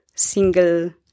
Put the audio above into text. Single